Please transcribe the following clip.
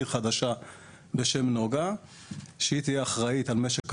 חדשה בשם נגה שהיא תהיה אחראית על משק החשמל.